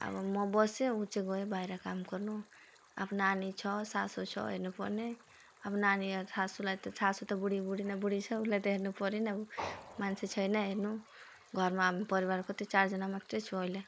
अब म चाहिँ बस्यो ऊ चाहिँ गयो बाहिर काम गर्नु आफ्नो नानी छ सासू छ हेर्नुपर्ने अब नानीलाई सासूलाई त सासू त बुढी बुढी न बुढी छ उसलाई त हेर्नुपर्यो नि ऊ मान्छे छैन हेर्नु घरमा अब परिवार कति चारजना मात्रै छु अहिले